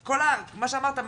כל מה שאמרת,